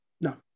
No